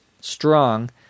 strong